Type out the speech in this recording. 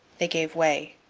they gave way.